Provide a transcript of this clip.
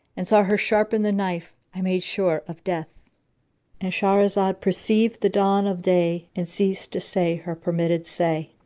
and saw her sharpen the knife, i made sure of death and shahrazad perceived the dawn of day and ceased to say her permitted say.